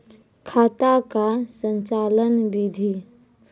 खाता का संचालन बिधि?